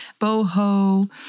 boho